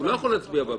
הוא לא יכול להצביע בבית.